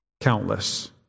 Countless